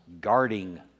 guarding